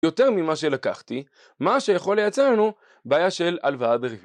יותר ממה שלקחתי, מה שיכול לייצר לנו, בעיה של הלוואה ברגע